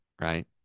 right